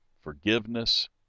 forgiveness